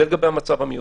זה לגבי המצב המיוחד.